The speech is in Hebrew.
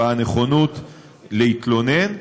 בנכונות להתלונן.